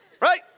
Right